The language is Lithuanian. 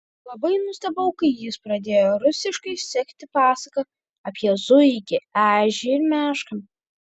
labai nustebau kai ji pradėjo rusiškai sekti pasaką apie zuikį ežį ir mešką